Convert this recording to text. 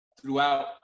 throughout